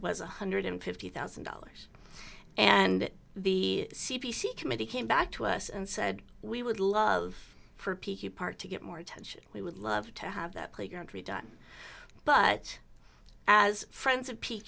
one hundred and fifty thousand dollars and the c p c committee came back to us and said we would love for p q part to get more attention we would love to have that playground tree done but as friends of p